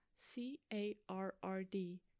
c-a-r-r-d